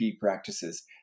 practices